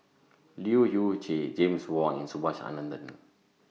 Leu Yew Chye James Wong and Subhas Anandan